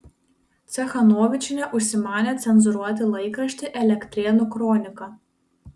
cechanovičienė užsimanė cenzūruoti laikraštį elektrėnų kronika